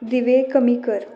दिवे कमी कर